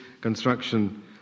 construction